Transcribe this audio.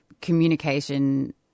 communication